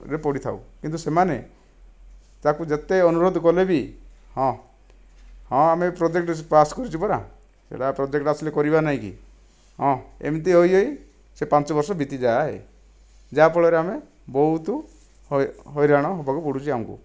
ରେ ପଡ଼ିଥାଉ କିନ୍ତୁ ସେମାନେ ତାକୁ ଯେତେ ଅନୁରୋଧ କଲେ ବି ହଁ ହଁ ଆମେ ପ୍ରୋଜେକ୍ଟ ପାସ୍ କରିଛେ ପରା ସେଟା ପ୍ରୋଜେକ୍ଟ ଆସିଲେ କରିବା ନାହିଁ କି ହଁ ଏମିତି ହୋଇ ହୋଇ ସେ ପାଞ୍ଚ ବର୍ଷ ବିତିଯାଏ ଯାହା ଫଳରେ ଆମେ ବହୁତ ହଇରାଣ ହେବାକୁ ପଡ଼ୁଛି ଆମକୁ